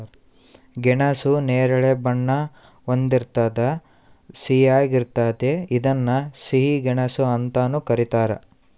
ಗೆಣಸು ನೇರಳೆ ಬಣ್ಣ ಹೊಂದಿರ್ತದ ಸಿಹಿಯಾಗಿರ್ತತೆ ಇದನ್ನ ಸಿಹಿ ಗೆಣಸು ಅಂತಾನೂ ಕರೀತಾರ